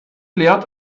lehrt